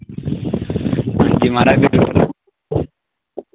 हां जी महाराज